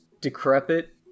decrepit